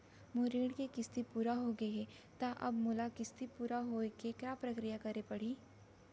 मोर ऋण के किस्ती पूरा होगे हे ता अब मोला किस्ती पूरा होए के का प्रक्रिया करे पड़ही?